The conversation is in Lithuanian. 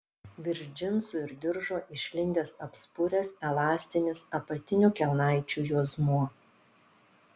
virš džinsų ir diržo išlindęs apspuręs elastinis apatinių kelnaičių juosmuo